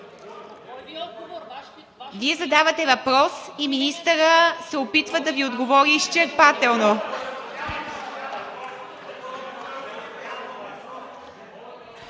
Вие задавате въпрос и министърът се опитва да Ви отговори изчерпателно.